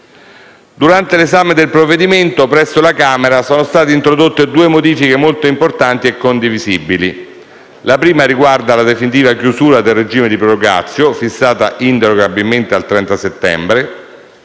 Durante l'esame del provvedimento presso la Camera sono state introdotte due modifiche molto importanti e condivisibili: la prima riguarda la definitiva chiusura del regime di *prorogatio*, fissata inderogabilmente al 30 settembre;